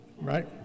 Right